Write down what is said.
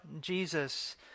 Jesus